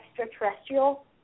extraterrestrial